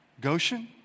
Goshen